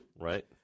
Right